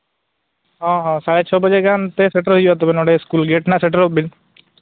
ᱦᱚᱸ ᱦᱚᱸ ᱥᱟᱲᱮ ᱪᱷᱚᱭ ᱵᱟᱡᱮ ᱜᱟᱱ ᱛᱮᱜᱮ ᱥᱮᱴᱮᱨᱚ ᱦᱩᱭᱩᱜᱼᱟ ᱱᱚᱰᱮ ᱥᱠᱩᱞ ᱜᱮᱹᱴ ᱦᱟᱸᱜ ᱥᱮᱴᱮᱨᱚᱜ ᱵᱤᱱ